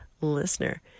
listener